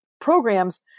programs